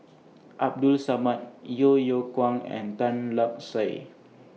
Abdul Samad Yeo Yeow Kwang and Tan Lark Sye